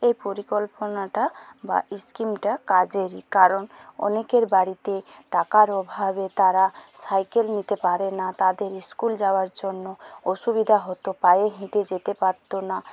এই পরিকল্পনাটা বা ইস্কিমটা কাজেরই কারণ অনেকের বাড়িতে টাকার অভাবে তারা সাইকেল নিতে পারে না তাদের স্কুল যাওয়ার জন্য অসুবিধা হতো পায়ে হেঁটে যেতে পারতো না